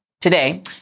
Today